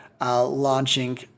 Launching